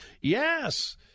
yes